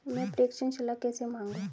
मैं प्रेषण सलाह कैसे मांगूं?